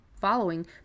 following